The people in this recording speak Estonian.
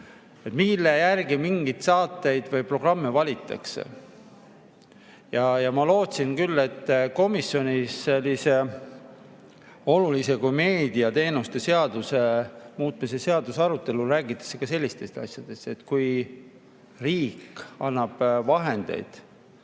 mille järgi mingeid saateid või programme valitakse. Ja ma lootsin küll, et komisjonis sellise olulise meediateenuste seaduse muutmise seaduse arutelul räägitakse ka sellistest asjadest, et kui riik annab vahendeid,